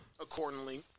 accordingly